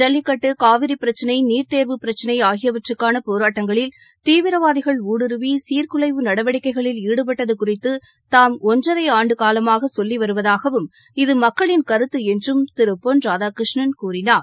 ஜல்லிக்கட்டு காவிரி பிரச்சினை நீட் தேர்வு பிரச்சினை ஆகியவற்றுக்கான போராட்டங்களில் தீவிரவாதிகள் ஊடுருவி சீர்குலைவு நடவடிக்கைகளில் ஈடுபட்டது குறித்து தாம் ஒன்றரை ஆண்டுகாலமாக சொல்லி வருவதாகவும் இது மக்களின் கருத்து என்றும் திரு பொன் ராதாகிருஷ்ணன் கூறினார்